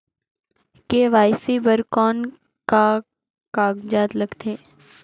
KYC बर कौन का कागजात लगथे?